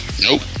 Nope